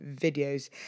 videos